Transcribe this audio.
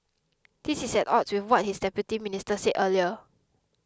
this is at odds with what his own Deputy Minister said earlier